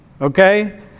okay